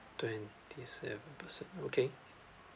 twenty seven percent okay